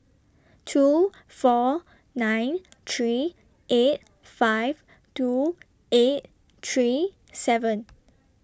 two four nine three eight five two eight three seven